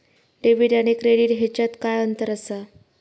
Debit आणि credit ह्याच्यात काय अंतर असा?